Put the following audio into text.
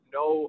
no